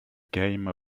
game